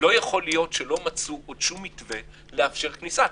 להיות שעדיין לא מצאו שום מתווה לאפשר כניסה אליהם.